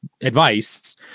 advice